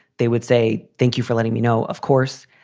they would say, thank you for letting me know. of course.